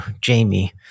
Jamie